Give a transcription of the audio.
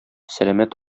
сәламәт